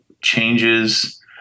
changes